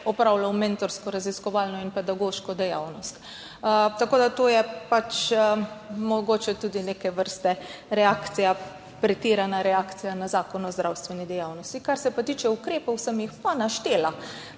opravljal mentorsko, raziskovalno in pedagoško dejavnost. To je mogoče tudi neke vrste pretirana reakcija na zakon o zdravstveni dejavnosti. Kar se pa tiče ukrepov, ki jih imamo